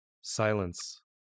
Silence